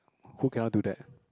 who cannot do that